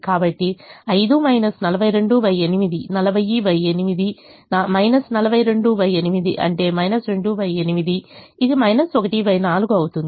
కాబట్టి 5 428 408 42 8 అంటే 28 ఇది 1 4 అవుతుంది